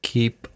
Keep